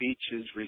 speeches